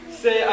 say